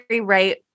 right